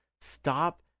Stop